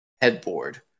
headboard